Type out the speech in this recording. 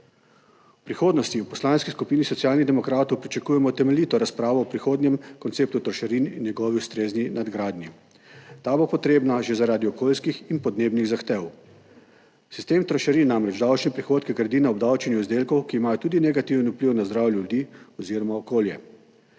V prihodnosti v Poslanski skupini Socialnih demokratov pričakujemo temeljito razpravo o prihodnjem konceptu trošarin in njegovi ustrezni nadgradnji. Ta bo potrebna že zaradi okoljskih in podnebnih zahtev. Sistem trošarin namreč davčne prihodke gradi na obdavčenju izdelkov, ki imajo tudi negativen vpliv na zdravje ljudi oziroma okolje.